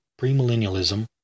premillennialism